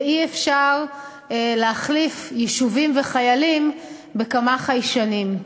ואי-אפשר להחליף יישובים וחיילים בכמה חיישנים.